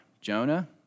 Jonah